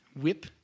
whip